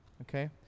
okay